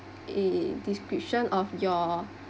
description of your